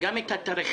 גם את התאריכים